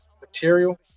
material